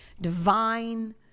divine